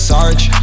Sarge